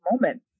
moment